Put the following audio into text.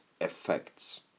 effects